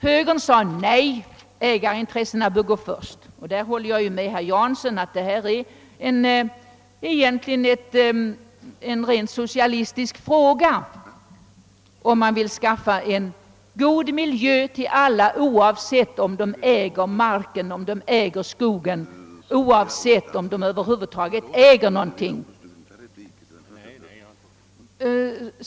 Högern sade nej — ägarintressena borde gå först. Härvidlag håller jag med herr Jansson om att det egentligen är en rent socialistisk fråga om man vill skaffa god miljö till alla, oavsett om de äger mark, om de äger skog, oavsett om de över huvud taget äger någonting.